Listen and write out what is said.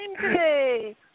today